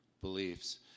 beliefs